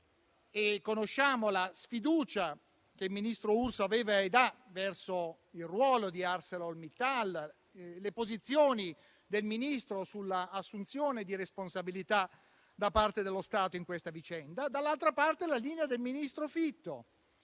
e conosciamo la sfiducia che il ministro Urso aveva ed ha verso il ruolo di ArcelorMittal, nonché le posizioni del Ministro sull'assunzione di responsabilità da parte dello Stato in questa vicenda; dall'altra parte, c'era la linea del ministro Fitto,